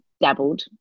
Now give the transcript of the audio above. dabbled